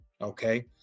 Okay